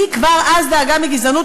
היא כבר אז דאגה מגזענות.